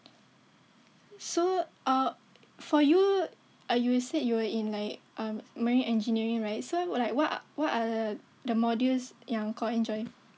so uh for you ah you said you were in like um marine engineering right so what like what what are the the modules yang kau enjoy